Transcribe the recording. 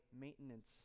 maintenance